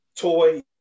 Toy